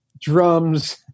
drums